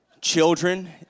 children